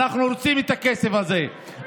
אנחנו רוצים את הכסף הזה,